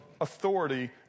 authority